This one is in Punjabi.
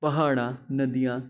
ਪਹਾੜਾਂ ਨਦੀਆਂ